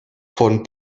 von